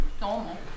normal